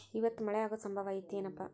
ಇವತ್ತ ಮಳೆ ಆಗು ಸಂಭವ ಐತಿ ಏನಪಾ?